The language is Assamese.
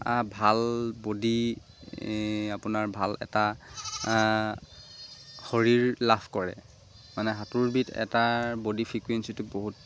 ভাল বডি আপোনাৰ ভাল এটা শৰীৰ লাভ কৰে মানে সাঁতোৰবিধ এটা বডি ফিকুৱেঞ্চিটো বহুত